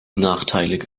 nachteilig